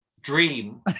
dream